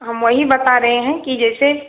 हम वही बता रहे हैं कि जैसे